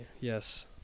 Yes